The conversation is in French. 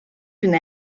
une